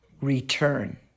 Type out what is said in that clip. return